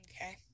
Okay